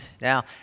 Now